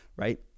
right